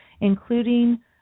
including